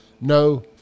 No